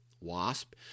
Wasp